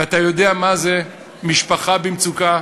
ואתה יודע מה זה משפחה במצוקה.